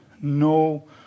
no